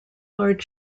lord